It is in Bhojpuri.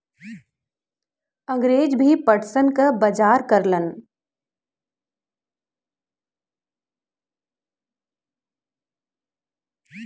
अंगरेज भी पटसन क बजार करलन